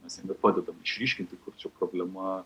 mes jiem ir padedam išryškinti kur čia problema